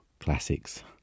Classics